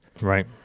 right